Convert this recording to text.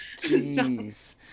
Jeez